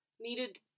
needed